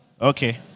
Okay